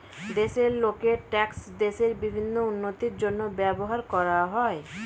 দেশের লোকের ট্যাক্স দেশের বিভিন্ন উন্নতির জন্য ব্যবহার করা হয়